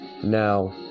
now